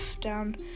down